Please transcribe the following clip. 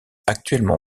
actuellement